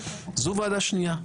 זו ועדה שנייה.